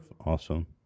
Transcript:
awesome